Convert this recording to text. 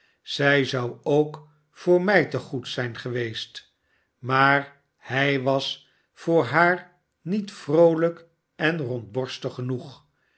zij zou ook voor mij te goed zijn geweest maar hij was voor haar met vroolijk en rondborstig genoeg